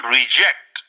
reject